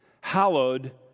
hallowed